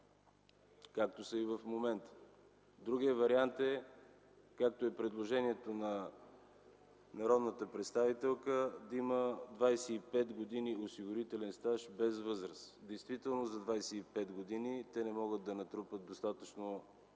както са и в момента. Другият вариант е, както е и предложението на народната представителка – да има 25 години осигурителен стаж без възраст. Действително за 25 години те не могат да натрупат достатъчно